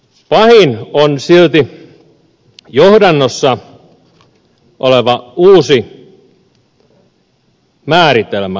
pahin on silti johdannossa oleva uusi määritelmä itsenäisyydestä